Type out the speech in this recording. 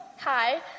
Hi